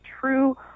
true